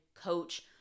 coach